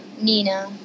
Nina